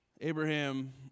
Abraham